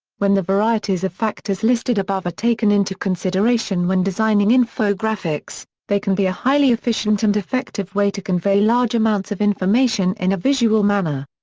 when the varieties of factors listed above are taken into consideration when designing infographics, they can be a highly efficient and effective way to convey large amounts of information in a visual manner.